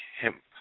hemp